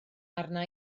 arna